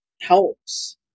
helps